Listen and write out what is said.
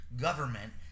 Government